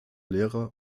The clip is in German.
lehrer